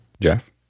Jeff